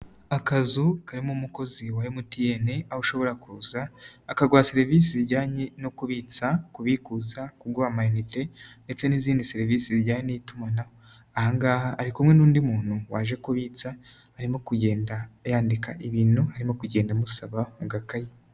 Akazu karimo umukozi wa MTN, aho ushobora kuza, akaguha serivisi zijyanye no kubitsa, kubikuza, kuguha amayinite ndetse n'izindi serivisi zijyanye n'itumanaho, aha ngaha ari kumwe n'undi muntu waje kubitsa, arimo kugenda yandika ibintu arimo kugenda amusaba mu gakayi.